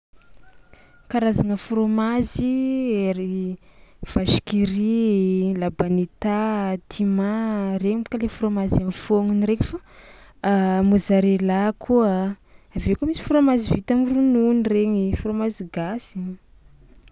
Karazagna frômazy: ery vache qui rit, labanita, teama, regny boka le frômazy am'fôgnony reky fao, mozzarella koa, avy eo koa misy frômazy vita am'ronono regny, frômazy gasy.